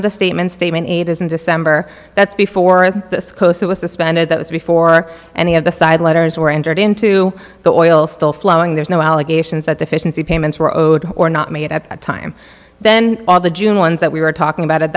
of the statements statement eight is in december that's before this close it was suspended that was before any of the side letters were entered into the oil still flowing there's no allegations that deficiency payments were owed or not made at a time then all the june ones that we were talking about at